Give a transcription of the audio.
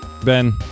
Ben